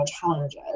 challenges